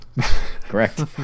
Correct